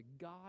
God